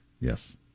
Yes